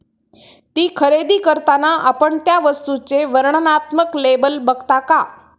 ती खरेदी करताना आपण त्या वस्तूचे वर्णनात्मक लेबल बघता का?